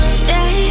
stay